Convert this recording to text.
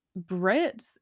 Brits